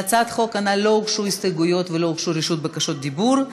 להצעת החוק לא הוגשו הסתייגויות ולא הוגשו בקשות דיבור,